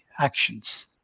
actions